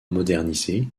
modernisée